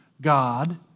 God